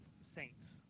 saints